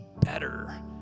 better